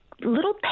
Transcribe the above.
little